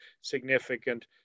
significant